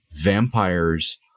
vampires